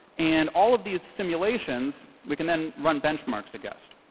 and all of these simulations we can then run benchmarks against.